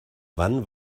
wann